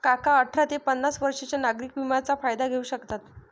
काका अठरा ते पन्नास वर्षांच्या नागरिक विम्याचा फायदा घेऊ शकतात